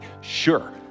Sure